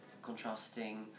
contrasting